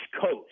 Coast